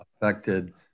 affected